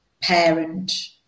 parent